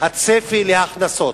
הצפי להכנסות.